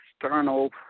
external